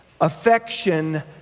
affection